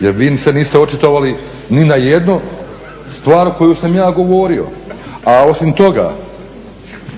jer vi se niste očitovali ni na jednu stvar koju sam ja govorio. A osim toga,